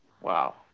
Wow